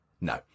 No